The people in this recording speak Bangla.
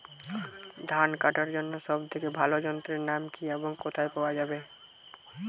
ধান কাটার জন্য সব থেকে ভালো যন্ত্রের নাম কি এবং কোথায় পাওয়া যাবে?